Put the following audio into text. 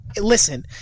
Listen